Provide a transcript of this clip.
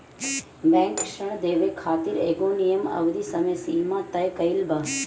bank ऋण देवे खातिर एगो नियम अउरी समय सीमा तय कईले बा